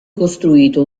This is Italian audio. costruito